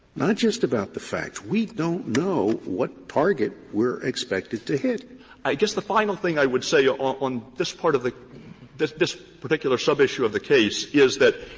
not just about the facts. we don't know what target we're expected to hit i guess the final thing i would say ah on on this part of the this this particular sub-issue of the case is that,